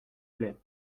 plaît